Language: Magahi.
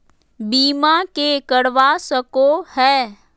बीमा के करवा सको है?